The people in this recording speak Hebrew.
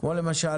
כמו למשל,